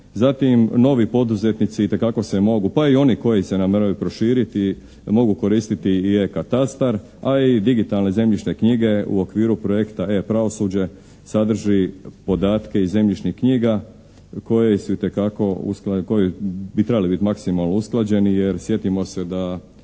Zatim novi poduzetnici itekako se mogu, pa i oni koji se namjeravaju proširiti mogu koristiti i E-katastar, a i digitalne zemljišne knjige u okviru projekta E-pravosuđe sadrži podatke iz zemljišnih knjiga koje su itekako usklađene, koje bi trebale biti maksimalno usklađene, jer sjetimo se da